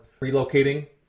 relocating